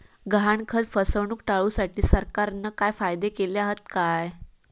गहाणखत फसवणूक टाळुसाठी सरकारना काय कायदे केले हत काय?